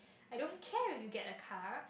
I don't care you get a car